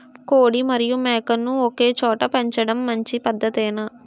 కోడి మరియు మేక ను ఒకేచోట పెంచడం మంచి పద్ధతేనా?